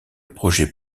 projet